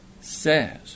says